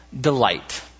delight